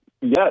Yes